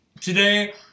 Today